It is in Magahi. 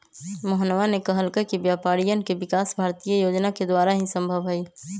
मोहनवा ने कहल कई कि व्यापारियन के विकास भारतीय योजना के द्वारा ही संभव हई